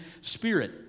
Spirit